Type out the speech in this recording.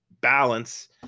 balance